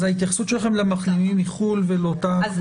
אז ההתייחסות שלכם למחלימים מחו"ל ולאותה קבוצה?